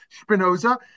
Spinoza